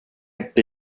inte